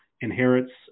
inherits